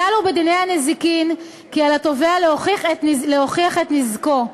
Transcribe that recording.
כלל הוא בדיני הנזיקין כי על התובע להוכיח את נזקו.